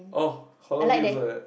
oh holland-V also like that